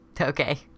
Okay